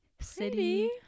city